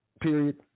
period